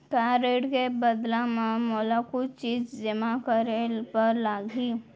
का ऋण के बदला म मोला कुछ चीज जेमा करे बर लागही?